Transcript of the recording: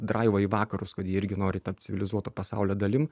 draivą į vakarus kad ji irgi nori tapti civilizuoto pasaulio dalim